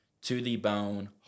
to-the-bone